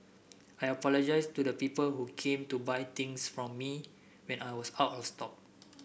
I apologise to the people who came to buy things from me when I was out of stock